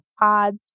pods